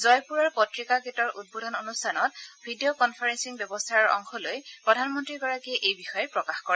জয়পুৰৰ পত্ৰিকা গেটৰ উদ্বোধনী অনুষ্ঠানত ভিডিঅ' কনফাৰেলিঙ ব্যৱস্থাৰে অংশ লৈ প্ৰধানমন্ত্ৰী গৰাকীয়ে এই বিষয়ে প্ৰকাশ কৰে